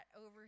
over